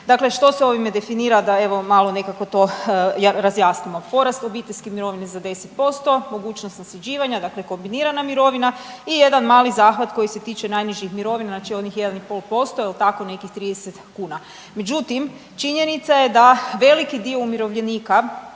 Dakle, što se ovime definira da evo malo nekako to razjasnimo. Porast obiteljske mirovine za 10%, mogućnost nasljeđivanja dakle kombinirana mirovina i jedan mali zahvat koji se tiče najnižih mirovina znači onih 1,5% jel tako nekih 30 kuna. Međutim, činjenica je da veliki dio umirovljenika